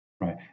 Right